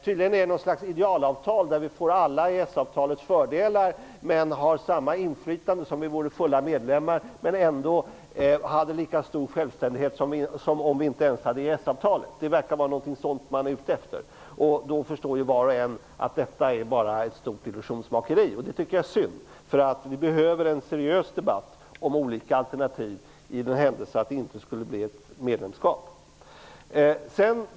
Tydligen är det fråga om något slags idealavtal, där vi får EES-avtalets alla fördelar, har samma inflytande som om vi vore fullvärdiga medlemmar men ändå har lika stor självständighet som om vi inte ens omfattades av EES-avtalet. Det verkar vara något sådant som man är ute efter, och var och en förstår då att detta bara är ett stort illusionsmakeri. Jag tycker att det är synd, eftersom vi behöver en seriös debatt om olika alternativ för den händelse att det inte blir ett medlemskap.